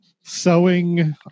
sewing